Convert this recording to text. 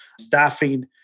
staffing